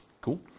cool